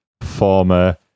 former